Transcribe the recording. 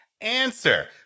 Answer